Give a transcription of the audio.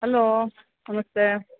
hello ನಮಸ್ತೆ